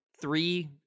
three